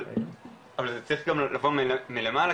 אבל צריך לבוא מלמעלה